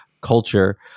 culture